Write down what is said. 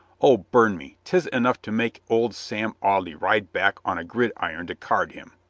o burn me, tis enough to make old sam audley ride back on a gridiron to card him!